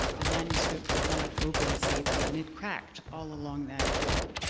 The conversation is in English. the manuscript did not open safely and it cracked all along that fold.